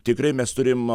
tikrai mes turim